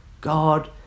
God